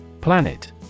planet